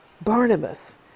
Barnabas